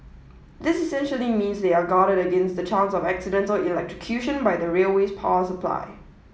this essentially means they are guarded against the chance of accidental electrocution by the railway's power supply